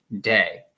day